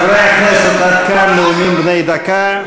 חברי הכנסת, עד כאן נאומים בני דקה.